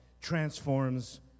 transforms